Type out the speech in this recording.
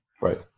Right